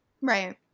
right